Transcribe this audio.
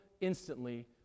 instantly